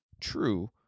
True